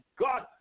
God